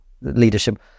leadership